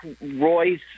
Roy's